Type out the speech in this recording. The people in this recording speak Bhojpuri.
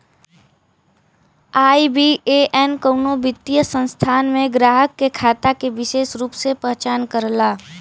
आई.बी.ए.एन कउनो वित्तीय संस्थान में ग्राहक के खाता के विसेष रूप से पहचान करला